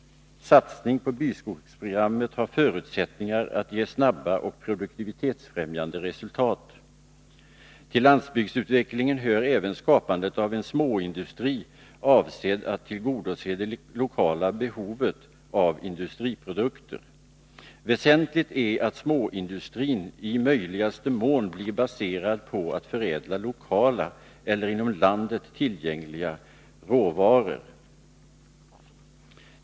Satsning på byskogsprogrammet har förutsättningar att ge snabba och produktivitetsfrämjande resultat. Till landsbygdsutvecklingen hör även skapandet av en småindustri avsedd att tillgodose det lokala behovet av industriprodukter. Väsentligt är att småindustrin i möjligaste mån blir baserad på förädling av lokala eller inom landet tillgängliga råvaror.